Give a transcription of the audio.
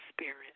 Spirit